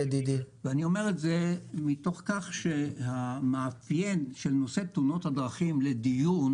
אומר את זה מתוך כך שהמאפיין של נושא תאונות הדרכים לדיון